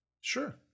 Sure